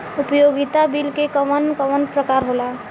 उपयोगिता बिल के कवन कवन प्रकार होला?